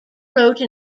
wrote